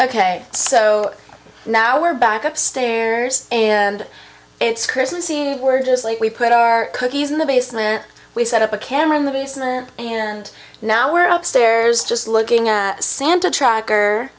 ok so now we're back upstairs and it's christmas eve we're just like we put our cookies in the basement we set up a camera in the basement and now we're up stairs just looking at santa tracker